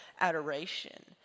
adoration